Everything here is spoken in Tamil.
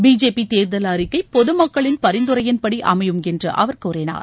பிஜேபி தேர்தல் அறிக்கை பொதுமக்களின் பரிந்துரையின்படி அமையும் என்று அவர் கூறினார்